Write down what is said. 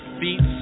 beats